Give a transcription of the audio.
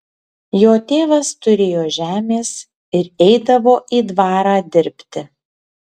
jo tėvas turėjo žemės ir eidavo į dvarą dirbti